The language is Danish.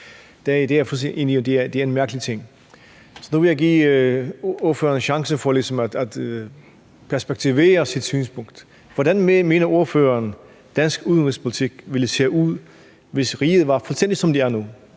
det er en mærkelig ting. Så nu vil jeg give ordføreren en chance for ligesom at perspektivere sit synspunkt. Hvordan mener ordføreren dansk udenrigspolitik ville se ud, hvis riget var fuldstændig,